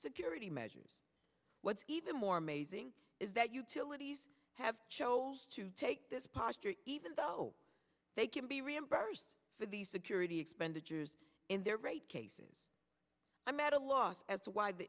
security measures what's even more amazing is that utilities have to take this posture even though they can be reimbursed for the security expenditures in their rate case i'm at a loss as to why the